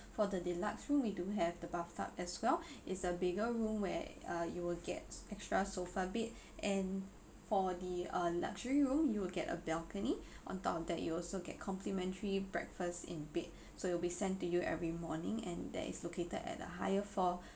for the deluxe room we do have the bathtub as well it's a bigger room where uh you will get extra sofa bed and for the uh luxury room you will get a balcony on top of that you also get complimentary breakfast in bed so it'll be sent to you every morning and that is located at a higher floor